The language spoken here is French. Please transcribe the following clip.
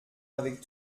avec